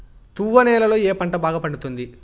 తువ్వ నేలలో ఏ పంట బాగా పండుతుంది?